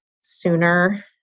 sooner